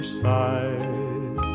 side